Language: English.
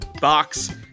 box